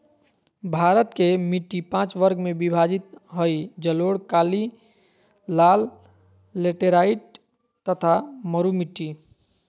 भारत के मिट्टी पांच वर्ग में विभाजित हई जलोढ़, काली, लाल, लेटेराइट तथा मरू मिट्टी